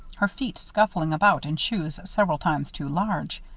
her feet scuffling about in shoes several times too large.